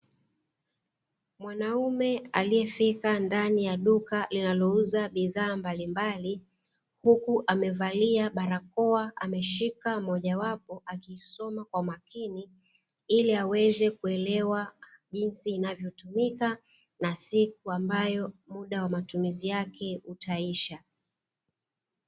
Mwanaume aliyefika ndani ya duka linalouza bidhaa mbalimbali, huku amevalia barakoa ameshika mojawapo akisoma kwa makini ili aweze kuelewa jinsi inavyotumika na siku ambayo muda wa matumizi yake utaisha.